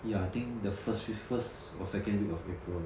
ya I think the first few first or second week of april